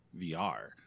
VR